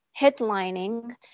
headlining